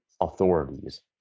authorities